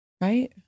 right